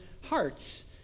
hearts